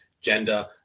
gender